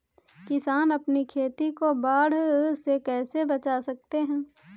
किसान अपनी खेती को बाढ़ से कैसे बचा सकते हैं?